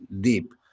deep